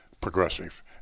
progressive